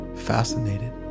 fascinated